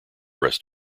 rest